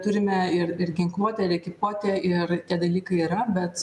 turime ir ir ginkluotę ekipuotę ir tie dalykai yra bet